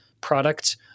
products